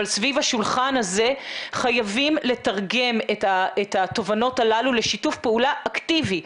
אבל סביב השולחן הזה חייבים לתרגם את התובנות הללו לשיתוף פעולה אקטיבי.